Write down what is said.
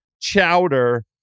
chowder